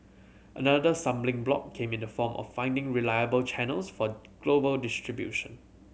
another stumbling block came in the form of finding reliable channels for global distribution